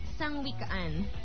sangwikaan